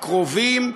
הקרובים,